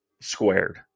squared